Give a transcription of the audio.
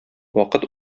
вакыт